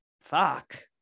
fuck